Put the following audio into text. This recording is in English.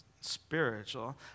spiritual